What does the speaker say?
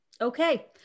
Okay